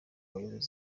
kuyobora